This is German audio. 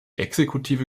exekutive